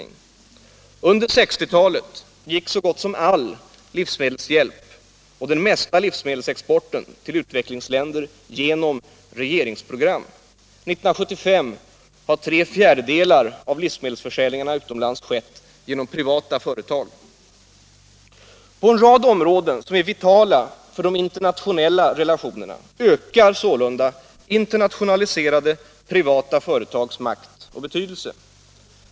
Under 1960 talet gick så gott som all livsmedelshjälp och det mesta av livsmedelsexporten till utvecklingsländer genom regeringsprogram. År 1975 har tre fjärdedelar av livsmedelsförsäljningarna utomlands skett genom privata företag. På en rad områden som är vitala för de internationella relationerna ökar sålunda internationaliserade privata företags makt och betydelse.